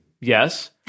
Yes